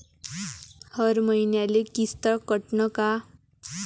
हर मईन्याले किस्त कटन का?